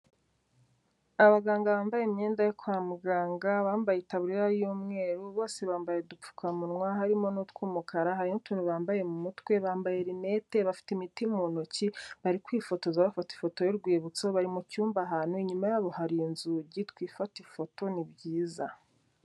Abaganga bambaye imyenda yo kwa muganga, abambaye itaburiya y'umweru bose bambaye udupfukamunwa harimo n'utw'umukara, hari n'utuntu bambaye mu mutwe, bambaye rinete, bafite imiti mu ntoki, bari kwifotoza bafata ifoto y'urwibutso, bari mu cyumba ahantu, inyuma yabo hari inzugi, twifate ifoto ni byiza.